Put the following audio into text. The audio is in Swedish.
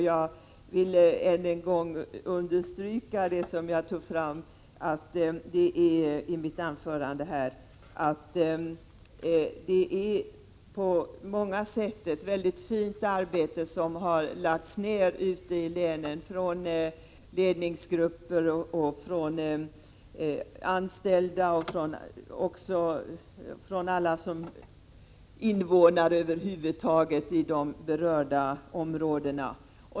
Jag vill än en gång understryka det jag sade i mitt anförande, nämligen att det är väldigt många som lagt ned ett fint arbete ute i länen, ledningsgrupper, anställda och över huvud taget alla invånare i de berörda områdena.